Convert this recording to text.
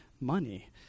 money